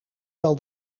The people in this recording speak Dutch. wel